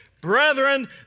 Brethren